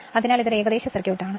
അതിനാൽ ഇത് ഏകദേശ സർക്യൂട്ട് ആണ്